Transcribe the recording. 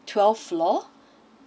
twelve floor